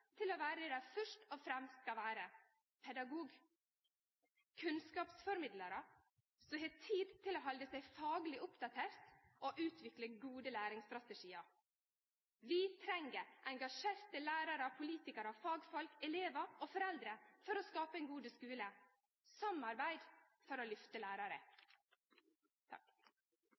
til å vere det dei først og fremst skal vere, nemleg pedagogar og kunnskapsformidlarar som har tid til å halde seg fagleg oppdatert og utvikle gode læringsstrategiar. Vi treng engasjerte lærarar, politikarar, fagfolk, elevar og foreldre for å skape ein god skule – samarbeid for å lyfte